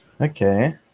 Okay